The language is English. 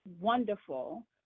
wonderful